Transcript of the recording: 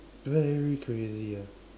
very crazy ah